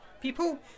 people